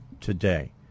today